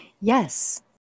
Yes